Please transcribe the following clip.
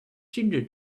ginger